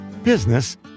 business